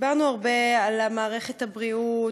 דיברנו הרבה על מערכת הבריאות,